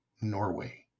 Norway